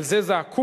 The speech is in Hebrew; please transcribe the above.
על זה זעקו?